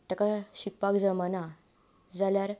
ताका शिकपाक जमना जाल्यार